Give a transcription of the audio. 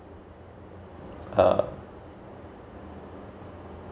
uh